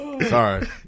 sorry